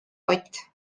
pott